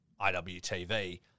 IWTV